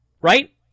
Right